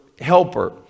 helper